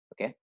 Okay